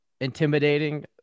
intimidating